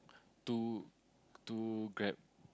two two Grab